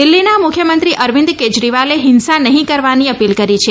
દિલ્ફીના મુખ્યમંત્રી અરવિંદ કેજરીવાલે હિંસા નહીં કરવાની અપીલ કરી છે